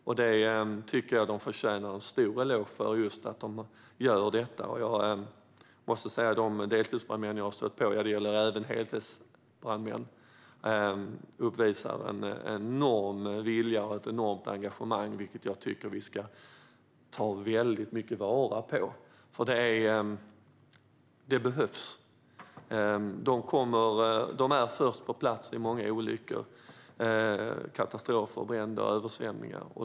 Jag tycker att de förtjänar en stor eloge för att de gör detta, och jag måste säga att de deltidsbrandmän jag har stött på - och det gäller även heltidsbrandmän - uppvisar en enorm vilja och ett enormt engagemang, som jag verkligen tycker att vi ska ta vara på. Det behövs. De är först på plats vid många olyckor, katastrofer, bränder och översvämningar.